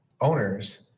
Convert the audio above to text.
owners